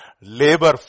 labor